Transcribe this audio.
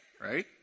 right